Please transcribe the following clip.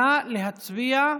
נא להצביע.